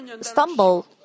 stumble